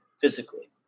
physically